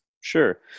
Sure